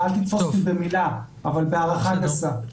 אבל בהערכה גסה.